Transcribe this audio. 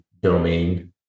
domain